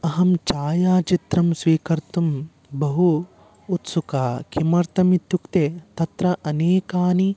अहं छायाचित्रं स्वीकर्तुं बहु उत्सुकः किमर्थम् इत्युक्ते तत्र अनेकाः